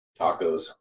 Tacos